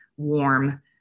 warm